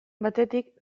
batetik